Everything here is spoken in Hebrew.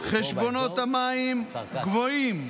חשבונות המים גבוהים.